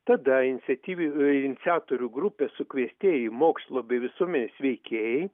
tada iniciatyvių iniciatorių grupė sukviestieji mokslo bei visuomenės veikėjai